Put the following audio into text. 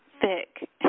thick